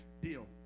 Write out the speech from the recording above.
deal